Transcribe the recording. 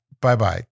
Bye-bye